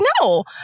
No